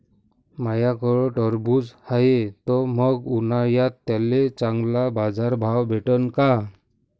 माह्याकडं टरबूज हाये त मंग उन्हाळ्यात त्याले चांगला बाजार भाव भेटन का?